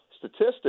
statistics